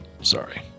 sorry